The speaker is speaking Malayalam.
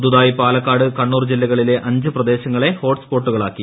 പുതുതായി പാലക്കാട് കണ്ണൂർ ജില്ലകളിലെ അഞ്ച് പ്രദേശങ്ങളെ ഹോട്സ്പോട്ടുകളാക്കി